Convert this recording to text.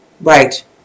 Right